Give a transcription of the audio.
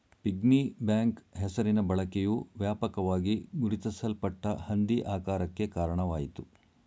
piggy bank ಹೆಸರಿನ ಬಳಕೆಯು ವ್ಯಾಪಕವಾಗಿ ಗುರುತಿಸಲ್ಪಟ್ಟ ಹಂದಿ ಆಕಾರಕ್ಕೆ ಕಾರಣವಾಯಿತು